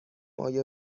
آیا